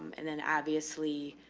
and then obviously,